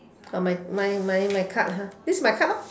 oh my my my my card ah this my card lah